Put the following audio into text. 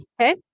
okay